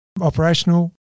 Operational